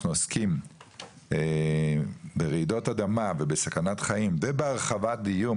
עוסקים ברעידות אדמה ובסכנת חיים ובהרחבת דיור,